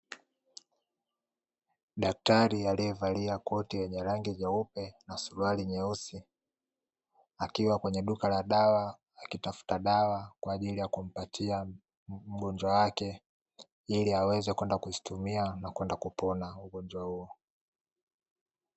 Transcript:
Daktari aliyevalia koti yenye rangi nyeupe na suruali nyeusi, akiwa kwenye duka la dawa akitafuta dawa kwaajili ya kumpatia mgonjwa wake ili aweze kwenda kuzitumia na kwenda kupona ugonjwa huo.